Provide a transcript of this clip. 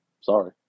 Sorry